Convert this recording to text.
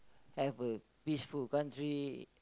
have a peaceful country